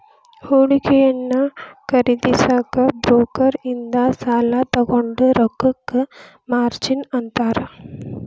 ಹೂಡಿಕೆಯನ್ನ ಖರೇದಿಸಕ ಬ್ರೋಕರ್ ಇಂದ ಸಾಲಾ ತೊಗೊಂಡ್ ರೊಕ್ಕಕ್ಕ ಮಾರ್ಜಿನ್ ಅಂತಾರ